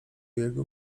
jego